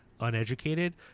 uneducated